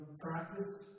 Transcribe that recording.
practice